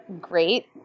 great